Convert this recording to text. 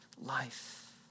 life